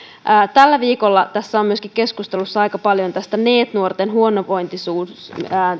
tällä viikolla tässä on keskustelussa aika paljon otettu esiin neet nuorten huonovointisuus